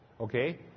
Okay